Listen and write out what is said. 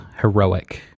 heroic